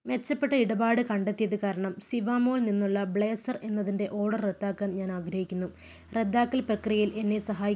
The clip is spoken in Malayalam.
മെച്ചപ്പെട്ട ഇടപാട് കണ്ടെത്തിയത് കാരണം സിവാമോൾ നിന്നുള്ള ബ്ലേസർ എന്നതിൻ്റെ ഓഡർ റദ്ദാക്കാൻ ഞാൻ ആഗ്രഹിക്കുന്നു റദ്ദാക്കൽ പ്രക്രിയയിൽ എന്നെ സഹായിക്കുക